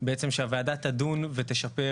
בעצם שהוועדה תדון ותשפר